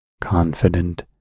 confident